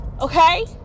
okay